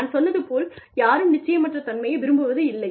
நான் சொன்னது போல் யாரும் நிச்சயமற்ற தன்மையை விரும்புவதில்லை